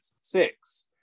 six